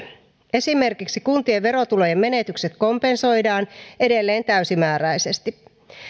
esimerkiksi kuntien verotulojen menetykset kompensoidaan edelleen täysimääräisesti